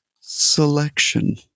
selection